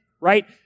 right